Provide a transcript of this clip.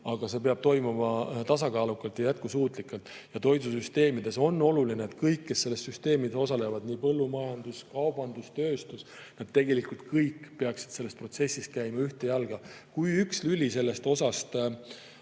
aga see peab toimuma tasakaalukalt ja jätkusuutlikult. Toidusüsteemides on oluline, et kõik, kes selles süsteemis osalevad – põllumajandus, kaubandus, tööstus –, peaksid selles protsessis käima ühte jalga. Kui üks lüli hakkab